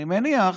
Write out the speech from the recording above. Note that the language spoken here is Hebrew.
אני מניח